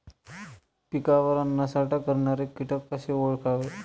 पिकावर अन्नसाठा करणारे किटक कसे ओळखावे?